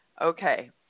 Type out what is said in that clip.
Okay